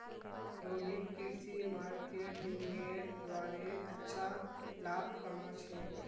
रोहित कृषि मार्केटिंगेर द्वारे अच्छा लाभ कमा छेक